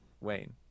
Wayne